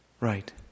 Right